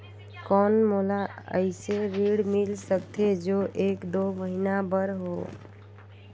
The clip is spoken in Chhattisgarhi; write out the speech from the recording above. कौन मोला अइसे ऋण मिल सकथे जो एक दो महीना बर हो?